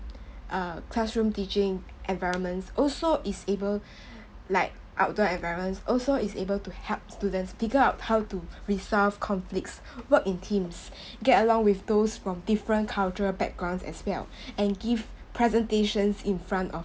uh classroom teaching environments also is able like outdoor environments also is able to help students figure out how to resolve conflicts work in teams get along with those from different cultural backgrounds as well and give presentations in front of